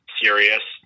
serious